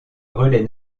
relais